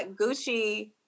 Gucci